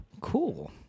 Cool